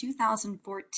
2014